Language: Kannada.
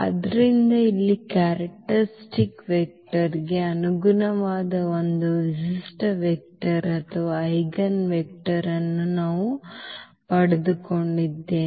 ಆದ್ದರಿಂದ ಇಲ್ಲಿ ಕರಸಿಟರಿಸ್ಟಿಕ್ ವೆಕ್ಟರ್ ಗೆ ಅನುಗುಣವಾದ ಒಂದು ವಿಶಿಷ್ಟ ವೆಕ್ಟರ್ ಅಥವಾ ಐಜೆನ್ವೆಕ್ಟರ್ ಅನ್ನು ನಾವು ಪಡೆದುಕೊಂಡಿದ್ದೇವೆ